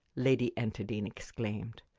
lady enterdean exclaimed.